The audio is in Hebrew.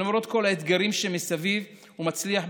שלמרות כל האתגרים שמסביב הוא מצליח,